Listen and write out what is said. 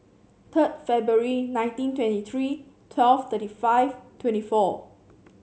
third February nineteen twenty three twelve thirty five twenty four